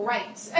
Right